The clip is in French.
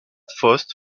faust